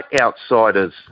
outsiders